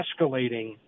escalating